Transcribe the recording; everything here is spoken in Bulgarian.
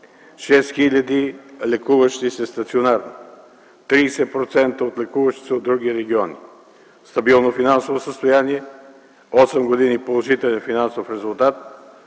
6 хил. лекуващи се стационарно, 30% от лекуващите се от други региони, стабилно финансово състояние, 8 години положителен финансов резултат,